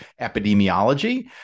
epidemiology